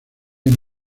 una